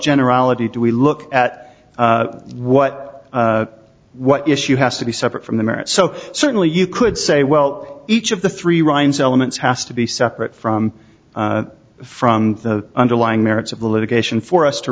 generality do we look at what what issue has to be separate from the merits so certainly you could say well each of the three rimes elements has to be separate from from the underlying merits of the litigation for us to